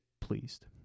pleased